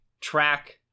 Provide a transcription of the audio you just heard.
Track